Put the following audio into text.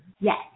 Yes